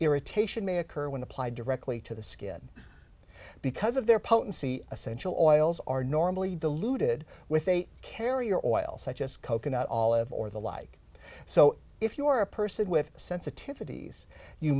irritation may occur when applied directly to the skin because of their potency essential oils are normally diluted with a carrier oil such as coconut all of or the like so if you are a person with sensitivities you